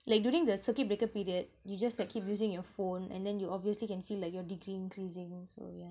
like during the circuit breaker period you just like keep using your phone and then you obviously can feel like your degree increasing so yeah